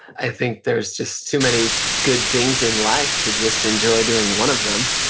i think there's just too many good things in life to just enjoy doing one of them.